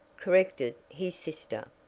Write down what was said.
corrected his sister.